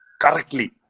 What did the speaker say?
correctly